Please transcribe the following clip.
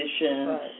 Right